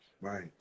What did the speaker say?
Right